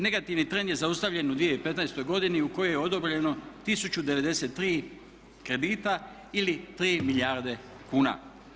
Negativni trend je zaustavljen u 2015. godini u kojoj je odobreno 1093 kredita ili 3 milijarde kuna.